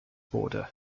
border